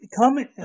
comment